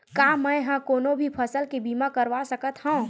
का मै ह कोनो भी फसल के बीमा करवा सकत हव?